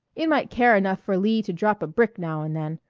it might care enough for lee to drop a brick now and then.